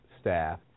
staff